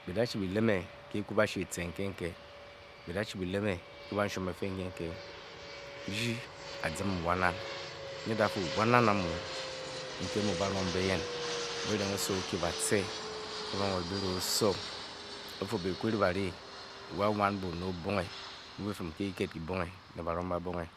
Bi dachi bi leme ke ekwubashi e–tce nke nke. bi da chi bi leme nke banshusm e–fe nkenke. rdyi a zim wan nna nyidafu wan nnam amu nke muu banong mbe yen. wa erenghe oso o-kyi batce ke banwed bira oso o fu be bi kwu ri bare wa wan bone obonghe mu bi fim ke kiked kibonghe ne barong ba bonghe.